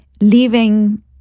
leaving